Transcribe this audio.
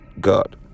God